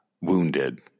wounded